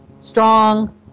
Strong